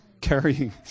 carrying